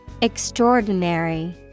Extraordinary